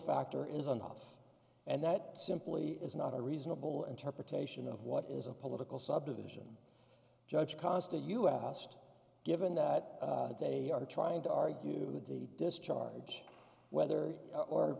factor is on offer and that simply is not a reasonable interpretation of what is a political subdivision judge constant you asked given that they are trying to argue that the discharge whether or